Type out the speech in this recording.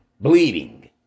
Bleeding